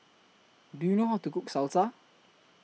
Do YOU know How to Cook Salsa